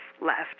left